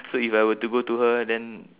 so if I were to go to her then